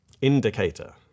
indicator